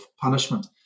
punishment